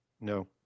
no